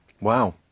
Wow